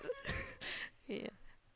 yeah